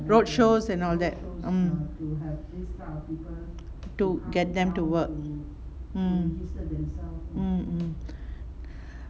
roadshows and all that mm to get them to work mm mm mm